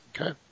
Okay